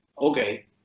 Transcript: okay